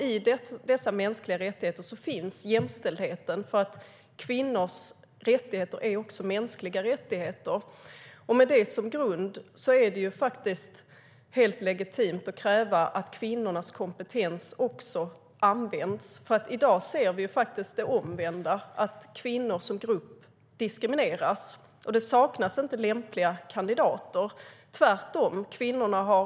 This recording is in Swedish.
I dessa mänskliga rättigheter finns jämställdheten, för kvinnors rättigheter är också mänskliga rättigheter. Med detta som grund är det helt legitimt att kräva att också kvinnors kompetens används. I dag ser vi det omvända, att kvinnor som grupp diskrimineras. Och det saknas inte lämpliga kandidater, tvärtom, men kvinnorna utestängs.